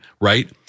right